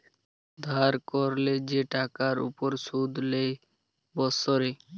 ধার ক্যরলে যে টাকার উপর শুধ লেই বসরে